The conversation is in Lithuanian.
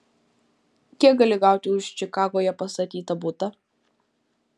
kiek gali gauti už čikagoje pastatytą butą